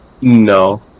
No